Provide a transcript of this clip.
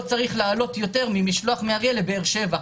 לא צריך לעלות יותר ממשלוח מאריאל לבאר שבע.